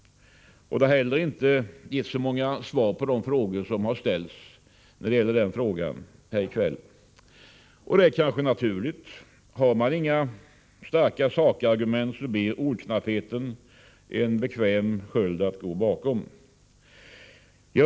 Det har inte heller getts så många svar på de frågor som har ställts här i kväll när det gäller den frågan. Det är kanske naturligt. Har man inga starka sakargument blir ordknappheten en bekväm sköld att gå bakom.